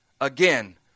again